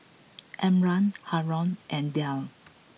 Imran Haron and Dhia